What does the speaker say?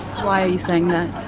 why are you saying that?